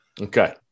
Okay